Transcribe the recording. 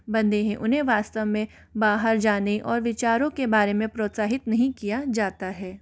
बंधे हैं उन्हें वास्तव में बाहर जाने और विचारों के बारे में प्रोत्साहित नहीं किया जाता है